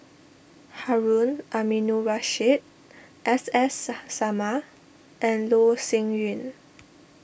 Harun Aminurrashid S S Sarma and Loh Sin Yun